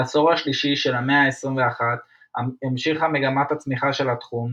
בעשור השלישי של המאה ה-21 המשיכה מגמת הצמיחה של התחום,